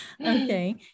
Okay